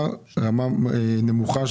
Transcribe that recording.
מי נמנע?